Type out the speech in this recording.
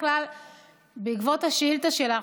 בעקבות השאילתה שלך,